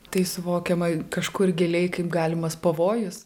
tai suvokiama kažkur giliai kaip galimas pavojus